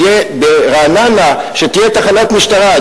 שתהיה ברעננה תחנת משטרה.